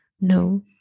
no